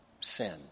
Sin